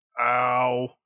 Ow